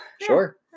Sure